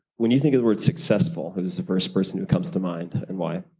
when you think of the word successful, who is the first person who comes to mind, and why?